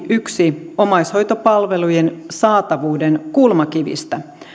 yksi omaishoitopalvelujen saatavuuden kulmakivistä